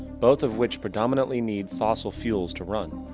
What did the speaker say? both of which predominantly need fossil fuels to run.